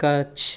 Kutch